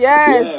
Yes